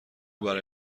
برای